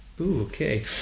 okay